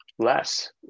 Less